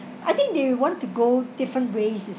I think they want to go different ways